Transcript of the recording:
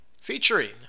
featuring